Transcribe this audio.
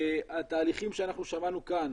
והתהליכים שאנחנו שמענו כאן